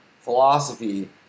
philosophy